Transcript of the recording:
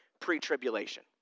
pre-tribulation